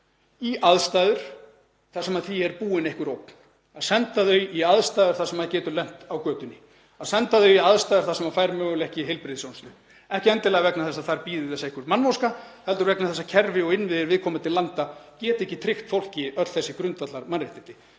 í aðstæður þar sem því er búin einhver ógn. Að senda þau í aðstæður þar sem maður getur lent á götunni, að senda þau í aðstæður þar sem það fær mögulega ekki heilbrigðisþjónustu, ekki endilega vegna þess að þar bíði þess einhver mannvonska heldur vegna þess að kerfi og innviðir viðkomandi landa geta ekki tryggt fólki öll þessi grundvallarmannréttindi.